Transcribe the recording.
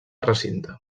recinte